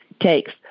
takes